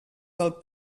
del